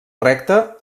recte